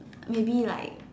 maybe like